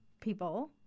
people